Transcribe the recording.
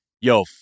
yo